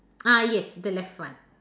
ah yes the left one